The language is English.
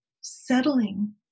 settling